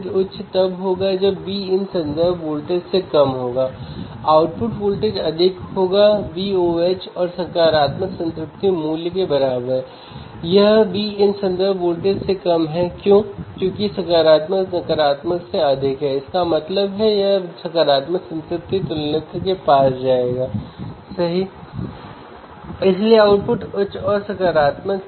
तो उच्च common mode rejection बड़े कॉमन मोड प्रभाव और नॉइज़ में दफन संकेतों को पुनर्प्राप्त करने में एम्पलीफायर को बहुत उपयोगी बनाती है